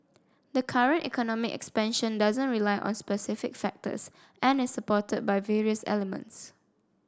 the current economic expansion doesn't rely on specific factors and is supported by various elements